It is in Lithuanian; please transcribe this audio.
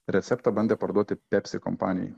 receptą bandė parduoti pepsi kompanijai